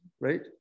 right